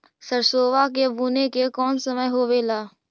सरसोबा के बुने के कौन समय होबे ला?